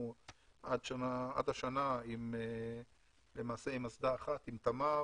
עד השנה היינו למעשה עם אסדה אחת, עם תמר